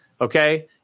okay